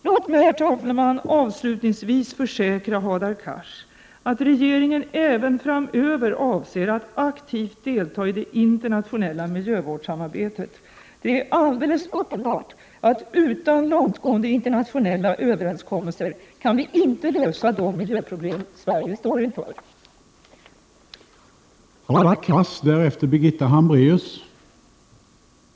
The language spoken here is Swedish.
Låg mig, herr talman, avslutningsvis försäkra Hadar Cars att regeringen även framöver avser att aktivt delta i det internationella miljövårdssamarbetet. Det är alldeles uppenbart att vi inte utan långtgående internationella överenskommelser kan lösa de miljöproblem Sverige står inför.